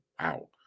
Wow